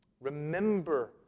Remember